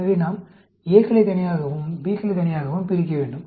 எனவே நாம் A க்களைத் தனியாகவும் B க்களைத் தனியாகவும் பிரிக்க வேண்டும்